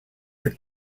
the